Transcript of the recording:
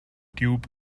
tube